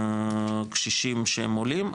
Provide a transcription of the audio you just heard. רק לקשישים שהם עולים,